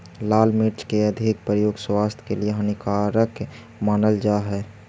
लाल मिर्च के अधिक प्रयोग स्वास्थ्य के लिए हानिकारक मानल जा हइ